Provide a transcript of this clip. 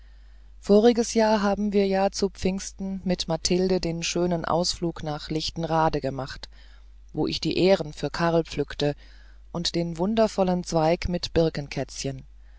voriges jahr haben wir ja zu pfingsten mit mathilde den schönen ausflug nach lichtenrade gemacht wo ich die ähren für karl pflückte und den wundervollen zweig mit